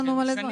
למה?